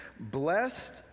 Blessed